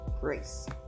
Grace